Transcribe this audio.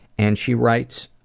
and she writes